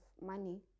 money